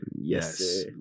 Yes